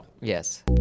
Yes